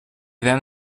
then